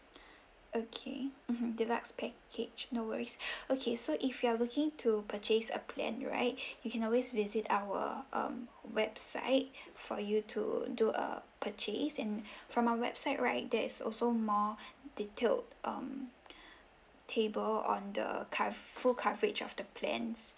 okay mmhmm deluxe package no worries okay so if you are looking to purchase a plan right you can always visit our um website for you to do err purchase and from our website right there is also more detailed um table on the cov~ full coverage of the plans